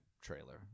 trailer